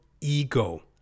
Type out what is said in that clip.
ego